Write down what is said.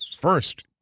first